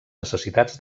necessitats